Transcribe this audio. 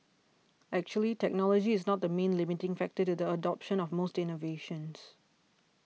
actually technology is not the main limiting factor to the adoption of most innovations